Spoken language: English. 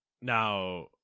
Now